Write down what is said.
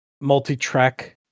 multi-track